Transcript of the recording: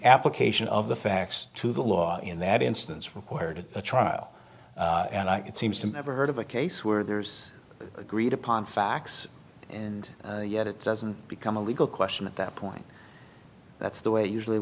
application of the facts to the law in that instance required a trial and it seems to me ever heard of a case where there's agreed upon facts and yet it doesn't become a legal question at that point that's the way usually